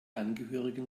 angehörigen